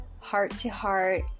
Heart-to-heart